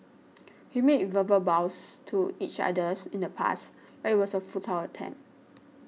we made verbal vows to each others in the past but it was a futile attempt